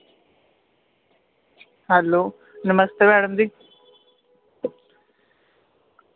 hello नमस्ते madam जी